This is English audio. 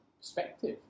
perspective